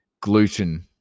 gluten